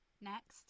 Next